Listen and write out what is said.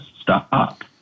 stop